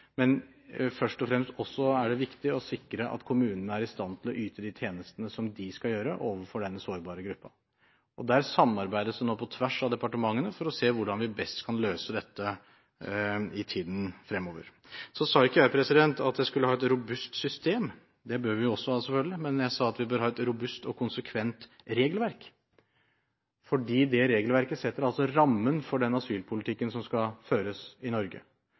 men først og fremst er det viktig å sikre at kommunene er i stand til å yte de tjenestene som de skal overfor denne sårbare gruppen. Der samarbeides det nå på tvers av departementene for å se hvordan vi best kan løse dette i tiden fremover. Jeg sa ikke at vi skulle ha et robust system. Det bør vi jo også ha, selvfølgelig, men jeg sa at vi bør ha et robust og konsekvent regelverk, fordi det regelverket setter rammen for den asylpolitikken som skal føres i Norge.